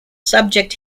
subject